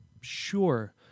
sure